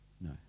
No